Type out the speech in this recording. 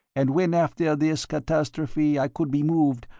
and when after this catastrophe i could be moved,